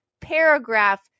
paragraph